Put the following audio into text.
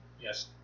Yes